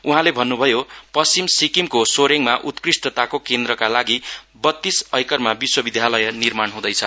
उहाँले भन्नुभयो पश्चिम सिक्किमको सोरेङमा उत्कृष्टताको केन्द्रका लागि बत्तीस एकरमा विश्वविद्यालय निर्माण हुँदैछ